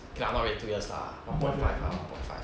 okay lah not really two years ah one point five lah one point five